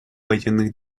военных